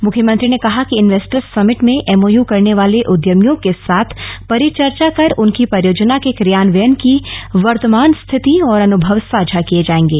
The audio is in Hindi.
मुख्यमंत्री ने कहा कि इन्वेस्टर्स समिट में एमओयू करने वाले उद्यभियों के साथ परिचर्चा कर उनकी परियोजना के क्रियान्वयन की वर्तमान स्थिति और अनुभव साझा किए जाएंगे